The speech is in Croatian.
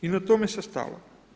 I na tome se stalo.